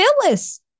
Phyllis